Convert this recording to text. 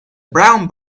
brown